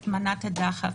את מנת הדחף.